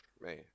man